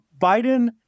Biden